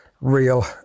real